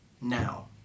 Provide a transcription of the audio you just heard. now